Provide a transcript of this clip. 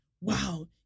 wow